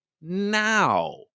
now